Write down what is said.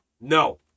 no